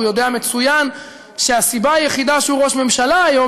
והוא יודע מצוין שהסיבה היחידה שהוא ראש ממשלה היום